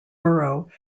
borough